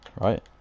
Right